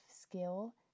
skill